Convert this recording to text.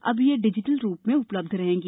अब यह डिजिटल रूप में उपलब्ध रहेंगी